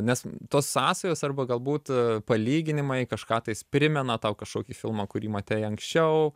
nes tos sąsajos arba galbūt palyginimai kažką tais primena tau kažkokį filmą kurį matei anksčiau